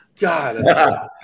God